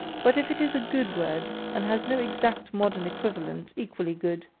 but if it is a good word and has no exact modern equivalent equally good,